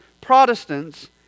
Protestants